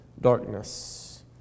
darkness